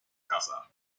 casa